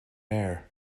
air